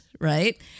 right